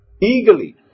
eagerly